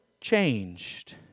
changed